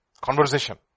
Conversation